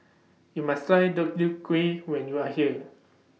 YOU must Try Deodeok Gui when YOU Are here